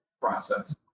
process